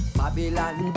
babylon